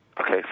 Okay